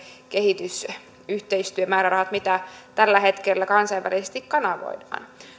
kehitysyhteistyömäärärahat mitä tällä hetkellä kansainvälisesti kanavoidaan